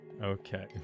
Okay